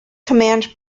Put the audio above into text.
command